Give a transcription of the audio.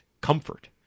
comfort